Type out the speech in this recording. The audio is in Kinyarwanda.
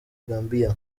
gambia